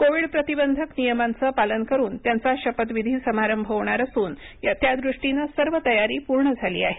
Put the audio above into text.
कोविडप्रतिबंधक नियमांचं पालन करून त्यांचा शपथविधी समारंभ होणार असून त्यादृष्टीनं सर्व तयारी पूर्ण झाली आहे